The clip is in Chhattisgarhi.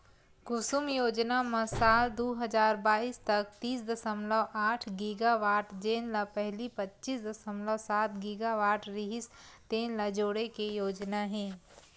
कुसुम योजना म साल दू हजार बाइस तक तीस दसमलव आठ गीगावाट जेन ल पहिली पच्चीस दसमलव सात गीगावाट रिहिस तेन ल जोड़े के योजना हे